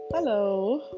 Hello